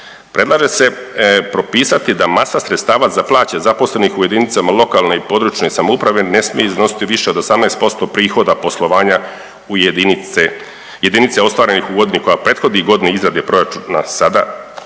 Predlaže se propisati sa masa sredstava za plaće zaposlenih u jedinicama lokalne i područne (samouprave) ne smije iznositi više od 18% prihoda poslovanja u jedinice ostvarenih u godini koja prethodi i godini izrade proračuna sada